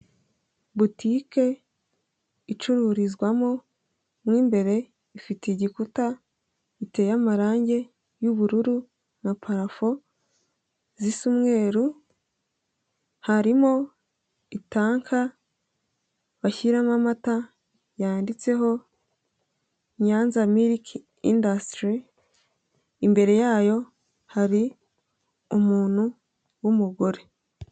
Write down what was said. Butike icururizwamo, mo imbere ifite igikuta giteye amarangi y'ubururu nka parafo zisa umweru, harimo itanka bashyiramo amata yanditseho nyanza miriki indasitiri, imbere yayo hari umuntu w'umugore.